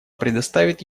предоставит